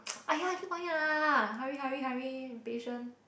!aiya! keep quiet lah hurry hurry hurry impatient